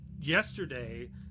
Yesterday